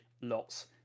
lots